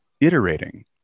iterating